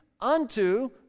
unto